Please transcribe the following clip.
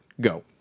Go